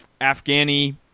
Afghani